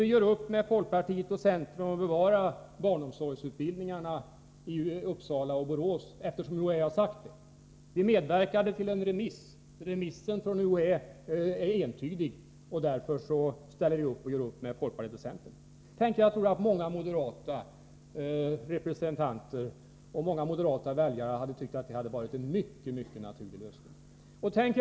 Vi gör upp med folkpartiet och centern om bevarandet av barnomsorgsutbildningarna i Uppsala och Borås, eftersom det överensstämmer med vad UHÄ uttalat. Vi har medverkat till en remiss. Remissyttrandet från UHÄ är entydigt. Därför gör vi upp med folkpartiet och centern. Många representanter för moderaterna, och även många moderata väljare, skulle säkert anse att det var en högst naturlig lösning.